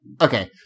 Okay